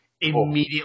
immediately